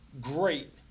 great